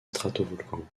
stratovolcan